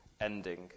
ending